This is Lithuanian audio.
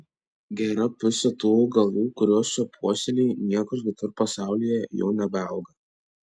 gera pusė tų augalų kuriuos čia puoselėji niekur kitur pasaulyje jau nebeauga